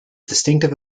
distinctive